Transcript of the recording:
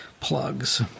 plugs